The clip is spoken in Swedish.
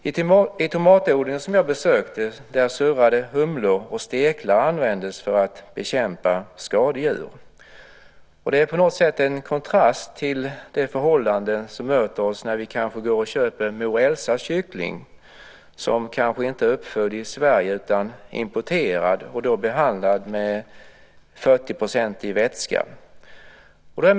På den tomatodling som jag besökt surrade humlor, och steklar användes för att bekämpa skadedjur. Det är på något sätt en kontrast till de förhållanden som kanske möter oss när vi köper Mor Elsas kyckling, som kanske inte är uppfödd i Sverige utan som är importerad och till 40 % behandlad med vätska.